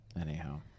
anyhow